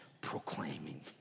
proclaiming